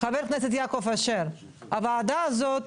חבר הכנסת יעקב אשר, הוועדה הזאת